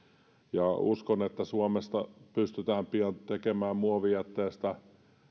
uskon että suomessa pystytään pian tekemään muovijätteestä